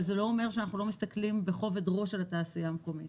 אבל זה לא אומר שאנחנו לא מסתכלים בכובד ראש על התעשייה המקומית.